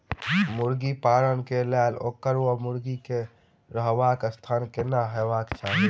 मुर्गी पालन केँ लेल ओकर वा मुर्गी केँ रहबाक स्थान केहन हेबाक चाहि?